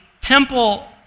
temple